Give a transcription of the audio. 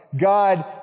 God